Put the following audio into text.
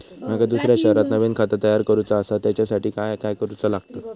माका दुसऱ्या शहरात नवीन खाता तयार करूचा असा त्याच्यासाठी काय काय करू चा लागात?